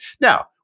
Now